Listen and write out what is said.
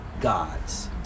Gods